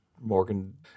Morgan